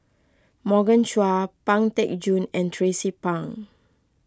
Morgan Chua Pang Teck Joon and Tracie Pang